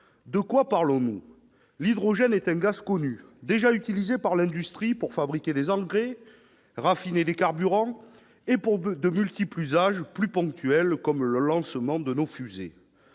De quoi parlons-nous ? L'hydrogène est un gaz connu, déjà utilisé par l'industrie pour fabriquer des engrais, raffiner des carburants et destiné à de multiples usages plus ponctuels, comme le lancement des fusées.